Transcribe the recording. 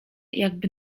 jakby